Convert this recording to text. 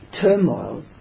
turmoil